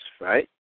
right